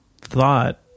thought